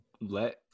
let